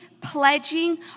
pledging